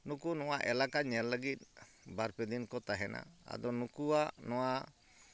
ᱱᱩᱠᱩ ᱱᱚᱣᱟ ᱮᱞᱟᱠᱟ ᱧᱮᱞ ᱞᱟᱹᱜᱤᱫ ᱵᱟᱨ ᱯᱮ ᱫᱤᱱ ᱠᱚ ᱛᱟᱦᱮᱱᱟ ᱟᱫᱚ ᱱᱩᱠᱩᱣᱟᱜ ᱱᱚᱣᱟ